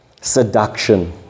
seduction